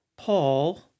Paul